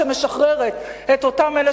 שמשחררת את אותם אלה